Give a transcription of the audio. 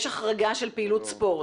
יש החרגה של פעילות ספורט,